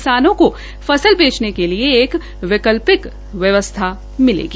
किसानों को फसल बेचने के लिए वैकल्पिक व्यवस्था मिलेगी